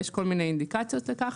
ויש כל מיני אינדיקציות לכך,